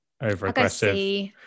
over-aggressive